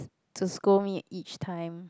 to scold me each time